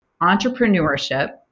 entrepreneurship